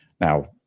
Now